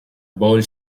bowl